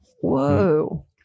Whoa